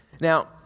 Now